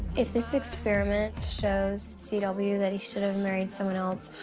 if this experiment shows c w. that he should have married someone else,